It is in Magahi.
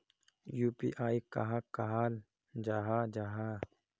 यु.पी.आई कहाक कहाल जाहा जाहा?